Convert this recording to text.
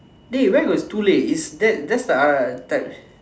dey where got too late is that that's the uh the